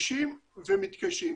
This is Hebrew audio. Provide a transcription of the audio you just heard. קשישים ומתקשים.